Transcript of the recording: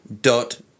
dot